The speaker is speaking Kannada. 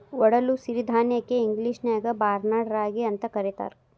ಒಡಲು ಸಿರಿಧಾನ್ಯಕ್ಕ ಇಂಗ್ಲೇಷನ್ಯಾಗ ಬಾರ್ನ್ಯಾರ್ಡ್ ರಾಗಿ ಅಂತ ಕರೇತಾರ